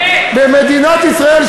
במדינת ישראל,